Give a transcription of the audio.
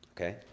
Okay